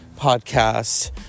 podcast